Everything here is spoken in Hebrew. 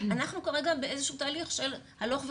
אנחנו כרגע באיזה שהוא תהליך של הלוך וחזור,